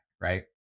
right